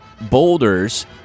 boulders